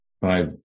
five